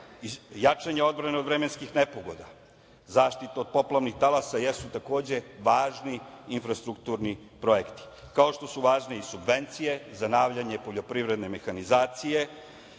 jačanje odbrane od vremenskih nepogoda, zaštita od poplavnih talasa jesu takođe, važni infrastrukturni projekti, kao što su važne i subvencije, zanavljanje poljoprivredne mehanizacije,